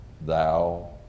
Thou